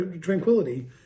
tranquility